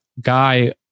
guy